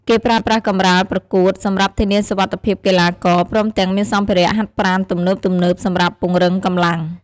គេប្រើប្រាស់កម្រាលប្រកួត សម្រាប់ធានាសុវត្ថិភាពកីឡាករ ព្រមទាំងមានសម្ភារៈហាត់ប្រាណទំនើបៗសម្រាប់ពង្រឹងកម្លាំង។